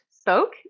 spoke